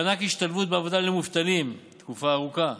מענק השתלבות בעבודה למובטלים תקופה ארוכה,